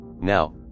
Now